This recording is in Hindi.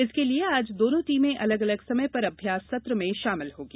इसके लिए आज दोनों टीमें अलग अलग समय पर अभ्यास सत्र में शामिल होंगी